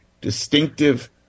distinctive